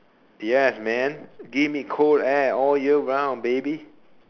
yes man give me cold air all year round baby